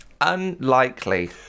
Unlikely